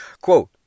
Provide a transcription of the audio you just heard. quote